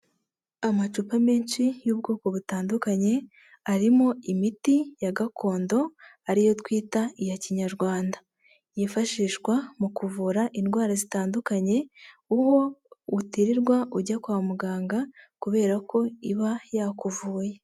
Amacupa menshi y'ubwoko butandukanye arimo imiti ya gakondo ariyo twita iya kinyarwanda yifashishwa mu kuvura indwara zitandukanye ubwo utirirwa ujya kwa muganga kubera ko iba yakuvuye.